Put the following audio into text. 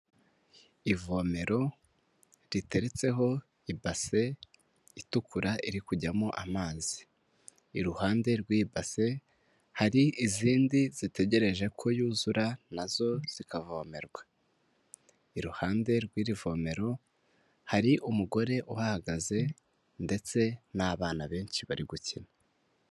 Ivomero riteretseho i base itukura iri kujyamo amazi, iruhande rw'ibase hari izindi zitegereje ko yuzura na zo zikavomerwa, iruhande rw'iri vomero hari umugore uhagaze ndetse n'abana benshi bari gukina.